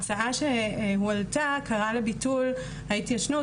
ההצעה שהועלתה קראה לביטול ההתיישנות,